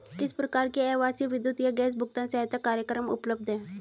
किस प्रकार के आवासीय विद्युत या गैस भुगतान सहायता कार्यक्रम उपलब्ध हैं?